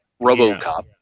Robocop